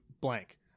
blank